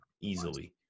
easily